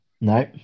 No